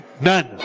None